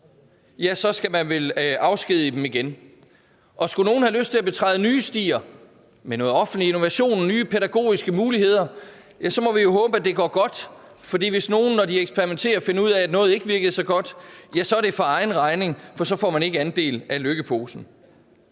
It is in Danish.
frem, skal man vel afskedige dem igen. Og skulle nogle have lyst til at betræde nye stier med noget offentlig innovation, nye pædagogiske muligheder, må vi håbe, at det går godt, for hvis nogen, når de eksperimenterer, finder ud af, at noget ikke virkede så godt, er det for egen regning, for så får man ikke andel i Løkkeposen.